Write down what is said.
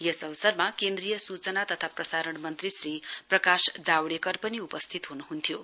यस अवसरमा केन्द्रीय सूचना तथा प्रसारण मन्त्री श्री प्रकाश जावेडकर पनि उपस्थित हुनुहुन्थ्यो